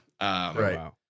Right